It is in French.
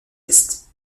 est